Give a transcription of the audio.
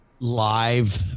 live